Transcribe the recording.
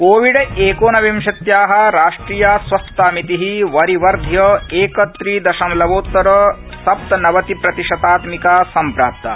Covid एकोविंशत्या राष्ट्रिया स्वस्थतामिति वरिवध्य एक त्रि दशमलवोत्तर सप्तनवति प्रतिशतात्मिका सम्प्राप्ता